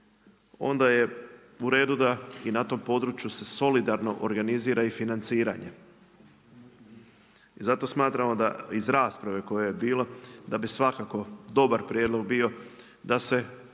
onda je uredu da i na tom području se solidarno organizira i financiranje. I zato smatramo iz rasprave koja je bila da bi svakako dobar prijedlog bio da se